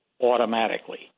automatically